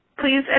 Please